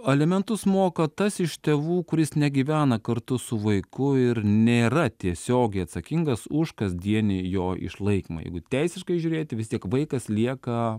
alimentus moka tas iš tėvų kuris negyvena kartu su vaiku ir nėra tiesiogiai atsakingas už kasdienį jo išlaikymą jeigu teisiškai žiūrėti vis tiek vaikas lieka